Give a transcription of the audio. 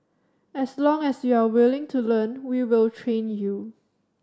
as long as you're willing to learn we will train you